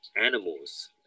animals